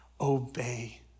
Obey